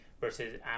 versus